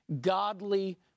godly